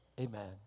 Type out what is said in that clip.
amen